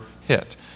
hit